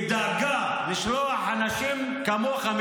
היא דאגה לשלוח אנשים כמוך,